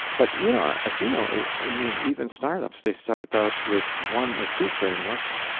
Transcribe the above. but you know as you know, i mean, even startups, they start out with one or two frameworks,